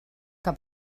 que